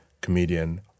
comedian